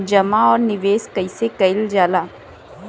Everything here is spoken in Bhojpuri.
जमा और निवेश कइसे कइल जाला?